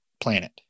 planet